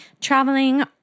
traveling